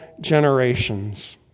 generations